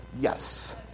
Yes